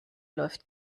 läuft